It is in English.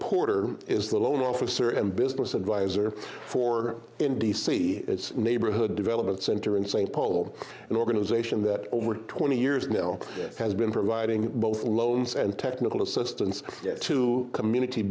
porter is the loan officer and business advisor for in d c it's a neighborhood development center in st paul an organization that over twenty years now has been providing both loans and technical assistance to community